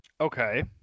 Okay